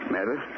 Matter